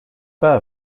pas